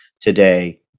today